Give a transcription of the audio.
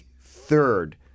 third